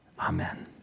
Amen